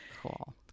Cool